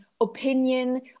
opinion